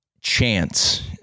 chance